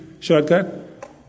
Shortcut